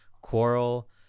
quarrel